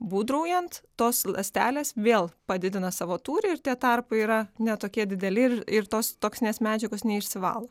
būdraujant tos ląstelės vėl padidina savo tūrį ir tie tarpai yra ne tokie dideli ir ir tos toksinės medžiagos neišsivalo